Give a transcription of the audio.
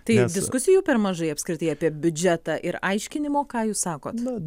tai diskusijų per mažai apskritai apie biudžetą ir aiškinimo ką jūs sakot